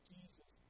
Jesus